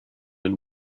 and